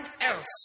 else